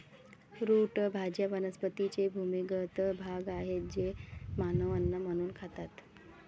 route भाज्या वनस्पतींचे भूमिगत भाग आहेत जे मानव अन्न म्हणून खातात